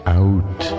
out